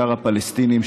בעיקר הפלסטינים,